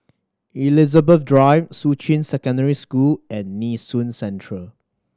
Elizabeth Drive Shuqun Secondary School and Nee Soon Central